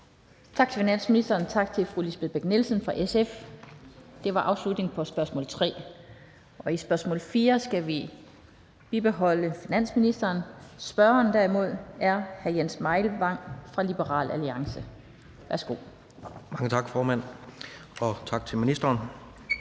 Tak til finansministeren, og tak til fru Lisbeth Bech-Nielsen fra SF. Det var afslutningen på spørgsmål nr. 3. I spørgsmål nr. 4 skal vi bibeholde finansministeren. Spørgeren er derimod hr. Jens Meilvang fra Liberal Alliance. Kl. 15:31 Spm. nr. S 172 4) Til finansministeren